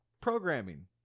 programming